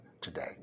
today